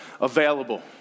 available